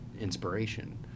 inspiration